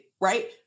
right